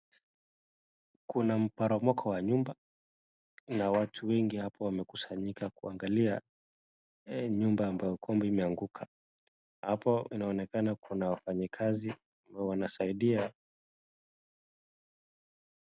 Kuna mporomoko wa nyumba , kuna watu wengi hapo wamekusanyika kuangalia nyumba ambayo kumbe imeanguka . Hapo inaonekana kuna wafanyikazi wanasaidia.